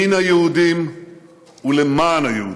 מן היהודים ולמען היהודים.